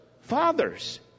fathers